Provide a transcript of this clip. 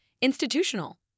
Institutional